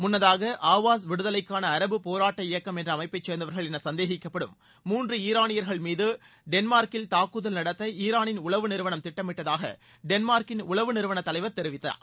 முன்னதாக ஆவாஸ் விடுதலைக்கான அரபு போராட்ட இயக்கம் என்ற அமைப்பை சேர்ந்தவர்கள் என சந்தேகிக்கப்படும் முன்ற ஈரானியர்கள் மீது டென்மார்கில் தாக்குதல் நடத்த ஈரானின் உளவு நிறுவனம் திட்டமிட்டதாக டென்மார்கின் உளவு நிறுவன தலைவர் தெரிவித்திருந்தார்